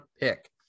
pick